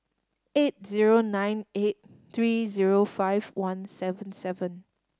eight zero nine eight three zero five one seven seven